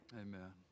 Amen